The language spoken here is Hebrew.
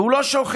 והוא לא שוכח